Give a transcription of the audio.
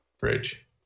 bridge